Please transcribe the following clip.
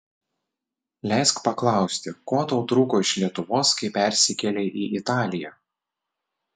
leisk paklausti ko tau trūko iš lietuvos kai persikėlei į italiją